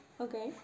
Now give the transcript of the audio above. Okay